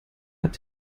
hat